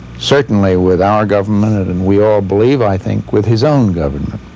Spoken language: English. certainly with our government and and we all believe, i think, with his own government.